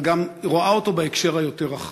אבל גם רואה אותו בהקשר היותר-רחב.